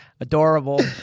adorable